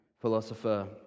philosopher